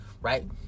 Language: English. right